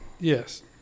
Yes